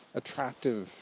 attractive